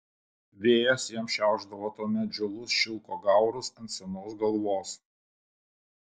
vėjas jam šiaušdavo tuomet žilus šilko gaurus ant senos galvos